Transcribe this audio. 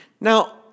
Now